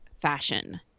fashion